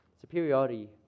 Superiority